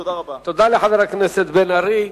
תודה לחבר הכנסת בן-ארי.